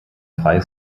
freie